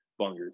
Bungers